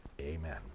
Amen